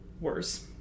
worse